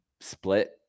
split